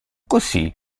così